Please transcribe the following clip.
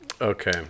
Okay